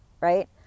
Right